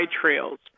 Trails